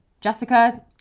Jessica